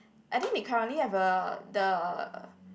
I think they currently have a the